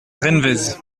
renwez